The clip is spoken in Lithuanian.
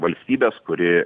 valstybės kuri